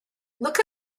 look